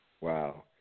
Wow